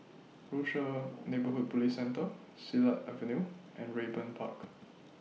Rochor Neighborhood Police Centre Silat Avenue and Raeburn Park